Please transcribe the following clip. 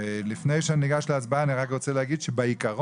לפני שאני ניגש להצבעה אני רק רוצה להגיד שבעיקרון,